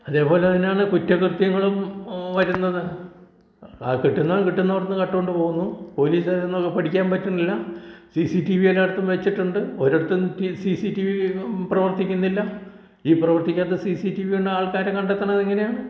അതേപോലെ തന്നെയാണ് കുറ്റകൃത്യങ്ങളും വരുന്നത് കിട്ടുന്നവൻ കിട്ടുന്നിടത്ത് നിന്ന് കട്ടുകൊണ്ട് പോകുന്നു പോലീസുകാർ എന്നൊക്കെ പിടിക്കാൻ പറ്റുന്നില്ല സി സി ടി വി എല്ലാടുത്തും വെച്ചിട്ടുണ്ട് ഒരുത്തൻ T C C T V പ്രവർത്തിക്കുന്നില്ല ഈ പ്രവർത്തിക്കാത്ത സി സി ടി വി കൊണ്ട് ആൾക്കാരെ കണ്ടെത്തുന്നത് എങ്ങനെയാണ്